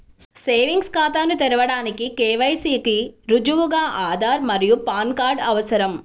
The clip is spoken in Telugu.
సేవింగ్స్ ఖాతాను తెరవడానికి కే.వై.సి కి రుజువుగా ఆధార్ మరియు పాన్ కార్డ్ అవసరం